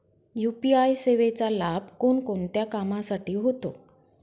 UPI सेवेचा लाभ कोणकोणत्या कामासाठी होतो?